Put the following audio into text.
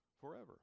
forever